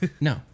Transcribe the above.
No